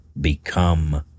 become